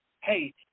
Hey